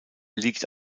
liegt